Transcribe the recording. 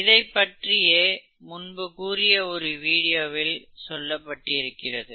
இதைப் பற்றியே முன்பு கூறிய ஒரு வீடியோவில் சொல்லப்பட்டிருந்தது